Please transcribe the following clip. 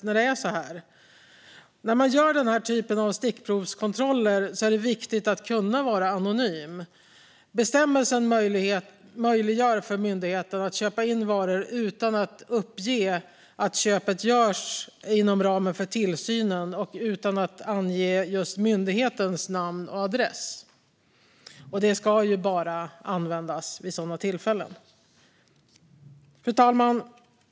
När man gör denna typ av stickprovskontroller är det viktigt att kunna vara anonym. Bestämmelsen möjliggör för en myndighet att köpa in varor utan att uppge att köpet görs inom ramen för tillsynen och utan att ange myndighetens namn och adress. Möjligheten ska bara användas vid sådana tillfällen. Fru talman!